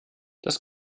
das